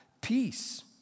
peace